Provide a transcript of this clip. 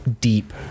deep